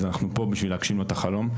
אז אנחנו פה בשביל להגשים לו את החלום.